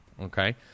Okay